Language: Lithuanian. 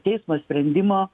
teismo sprendimo